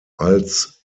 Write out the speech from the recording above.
als